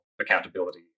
accountability